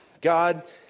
God